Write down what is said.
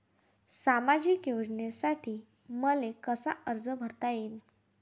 सामाजिक योजनेसाठी मले कसा अर्ज करता येईन?